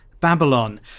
Babylon